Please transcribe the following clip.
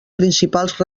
principals